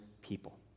people